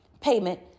payment